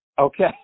Okay